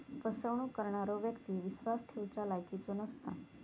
फसवणूक करणारो व्यक्ती विश्वास ठेवच्या लायकीचो नसता